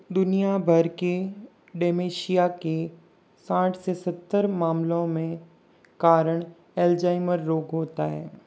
दुनियाभर के डिमेंशिया के साठ से सत्तर मामलों मे कारण अल्ज़ाइमर रोग होता है